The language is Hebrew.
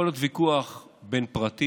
יכול להיות ויכוח בין פרטים,